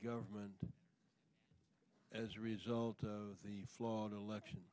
government as a result of the flawed election